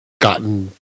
gotten